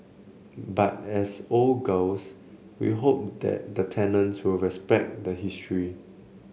but as old girls we hope that the tenants will respect the history